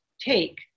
take